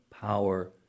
power